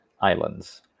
Islands